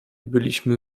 byliśmy